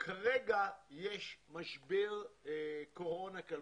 כרגע יש משבר קורונה כלכלי,